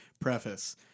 Preface